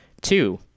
Two